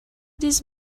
this